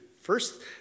First